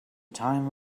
time